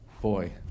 boy